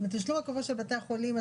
מי זה בית החולים שעומד על גידול של מעל 4.5